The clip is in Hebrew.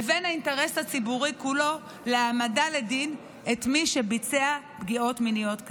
לבין האינטרס הציבורי כולו להעמדה לדין של מי שביצע פגיעות מיניות כאלה.